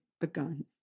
begun